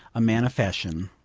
a man of fashion.